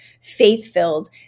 faith-filled